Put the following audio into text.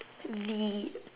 the